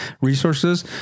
resources